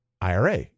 IRA